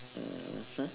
mmhmm